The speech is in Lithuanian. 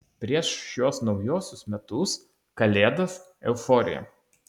prieš šiuos naujuosius metus kalėdas euforija